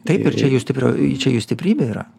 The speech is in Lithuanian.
taip ir čia jų stiprioji čia jų stiprybė yra